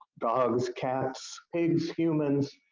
dogs, cats, pigs, humans.